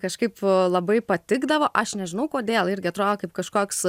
kažkaip labai patikdavo aš nežinau kodėl irgi atrodo kaip kažkoks